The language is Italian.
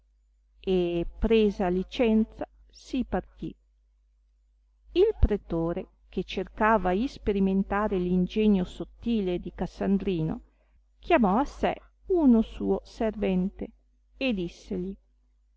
e presa licenza si partì il pretore che cercava isperimentare l'ingegno sottile di cassandrino chiamò a sé uno suo servente e dissegli